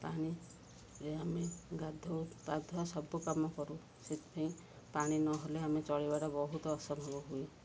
ପାଣିରେ ଆମେ ଗାଧୁ ପାଧୁଆ ସବୁ କାମ କରୁ ସେଥିପାଇଁ ପାଣି ନହେଲେ ଆମେ ଚଳିବା ଟା ବହୁତ ଅସମ୍ଭବ ହୁଏ